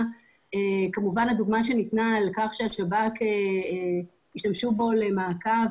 הדוגמה שניתנה לכך שהשב"כ ישתמשו בו למעקב